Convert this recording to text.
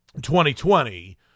2020